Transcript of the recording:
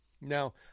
Now